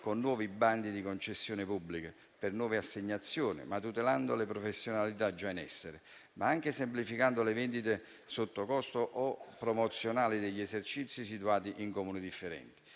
con nuovi bandi di concessione pubbliche per nuove assegnazioni, e tutelando le professionalità già in essere, o anche semplificando le vendite sottocosto o promozionali degli esercizi situati in Comuni differenti.